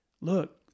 look